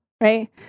right